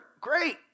Great